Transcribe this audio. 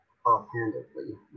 offhandedly